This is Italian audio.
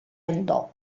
andò